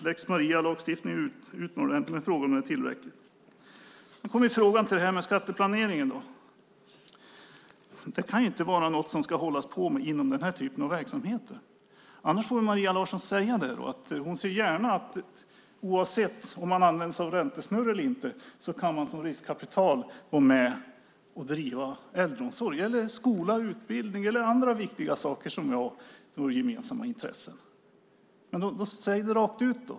Lex Maria är utomordentlig, men frågan är om den är tillräcklig. Skatteplanering kan inte vara något som det ska hållas på med inom den här typen av verksamheter. Annars får Maria Larsson säga att hon gärna ser, oavsett om man använder sig av räntesnurr eller inte, att man med riskkapital kan driva äldreomsorg, skola eller andra viktiga saker som är våra gemensamma intressen. Säg det rakt ut då!